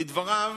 לדבריו,